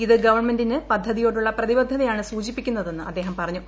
ഇത് ഗവൺമെന്റിന് പദ്ധതിയോടുള്ള പ്രതിബദ്ധതയാണ് സൂചിപ്പിക്കുന്നതെന്ന് അദ്ദേഹം പറഞ്ഞു